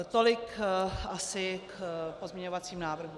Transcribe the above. Tolik asi k pozměňovacím návrhům.